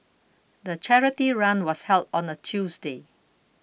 the charity run was held on a Tuesday